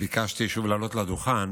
ביקשתי שוב לעלות לדוכן,